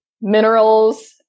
minerals